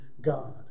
God